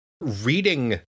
reading